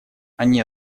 они